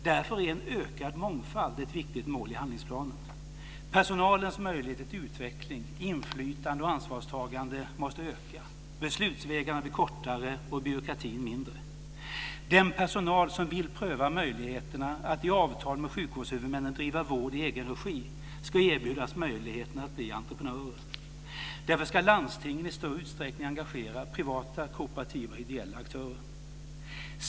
Därför är en ökad mångfald ett viktigt mål i handlingsplanen. Personalens möjligheter till utveckling, inflytande och ansvarstagande måste öka, beslutsvägarna bli kortare och byråkratin mindre. Den personal som vill pröva möjligheterna att i avtal med sjukvårdshuvudmännen driva vård i egen regi ska erbjudas möjligheten att bli entreprenörer. Därför ska landstingen i större utsträckning engagera privata, kooperativa och ideella aktörer.